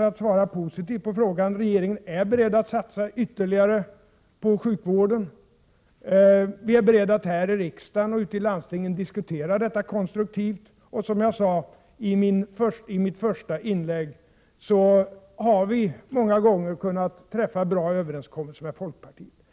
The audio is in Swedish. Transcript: Westerberg positivt på frågan om regeringen är beredd att satsa ytterligare på sjukvården. Vi är beredda att här i riksdagen och ute i landstingen diskutera detta konstruktivt. Som jag sade i mitt första inlägg har vi många gånger kunnat träffa bra överenskommelser med folkpartiet.